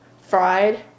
Fried